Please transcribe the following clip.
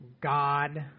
God